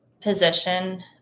position